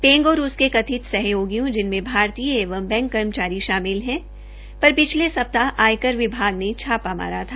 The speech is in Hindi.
पेंग और उसके कथित सहयोगियों जिनमें भारतीय एवं बैंक कर्मचारी शामिल हैं पर पिछले सप्ताह आयकर विभाग ने छापा मारा था